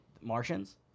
Martians